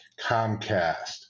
Comcast